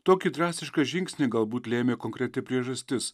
tokį drastišką žingsnį galbūt lėmė konkreti priežastis